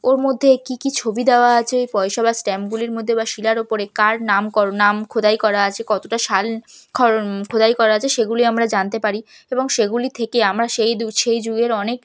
ওর মধ্যে কী কী ছবি দেওয়া আছে পয়সা বা স্ট্যাম্পগুলির মধ্যে বা শিলার উপরে কার নামকরণ নাম খোদাই করা আছে কতটা সাল খরণ খোদাই করা আছে সেগুলি আমরা জানতে পারি এবং সেগুলি থেকে আমরা সেই সেই যুগের অনেক